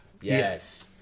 Yes